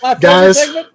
Guys